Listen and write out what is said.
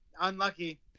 unlucky